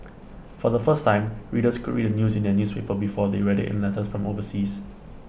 for the first time readers could read the news in their newspaper before they read IT in letters from overseas